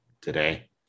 today